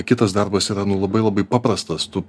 kitas darbas yra nu labai labai paprastas tu